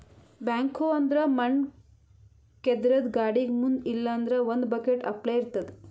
backhoe ಅಂದ್ರ ಮಣ್ಣ್ ಕೇದ್ರದ್ದ್ ಗಾಡಿಗ್ ಮುಂದ್ ಇಲ್ಲಂದ್ರ ಒಂದ್ ಬಕೆಟ್ ಅಪ್ಲೆ ಇರ್ತದ್